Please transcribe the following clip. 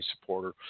supporter